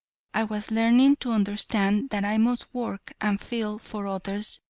i was learning to understand that i must work and feel for others,